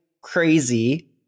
crazy